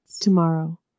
tomorrow